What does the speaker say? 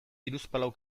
hiruzpalau